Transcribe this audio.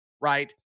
right